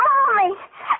Mommy